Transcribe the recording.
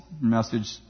message